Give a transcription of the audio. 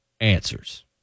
answers